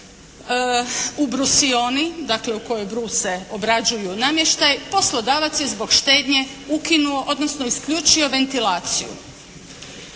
u brusioni dakle u kojoj bruse, obrađuju namještaj, poslodavac je zbog štednje ukinuo odnosno isključio ventilaciju